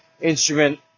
instrument